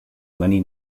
many